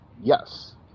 Yes